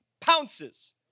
pounces